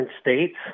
states